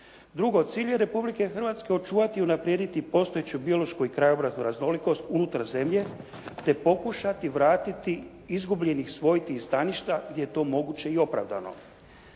Drugo, cilj je Republike Hrvatske očuvati i unaprijediti postojeću biološku i krajobraznu raznolikost unutar zemlje te pokušati vratiti izgubljenih svojti i staništa gdje je to moguće i opravdano.